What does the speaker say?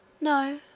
No